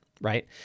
right